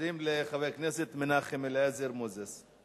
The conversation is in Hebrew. חוזרים לחבר הכנסת מנחם אליעזר מוזס.